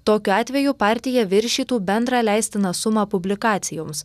tokiu atveju partija viršytų bendrą leistiną sumą publikacijoms